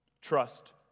Trust